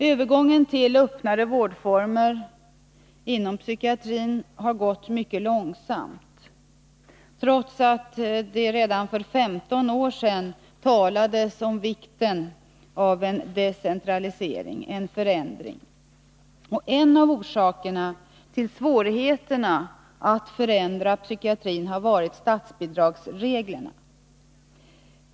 Övergången till öppnare vårdformer inom psykiatrin har gått mycket långsamt, trots att det redan för 15 år sedan talades om vikten av en decentralisering, en förändring. En av orsakerna till svårigheterna att förändra psykiatrin har varit statsbidragsreglerna.